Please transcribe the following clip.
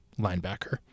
linebacker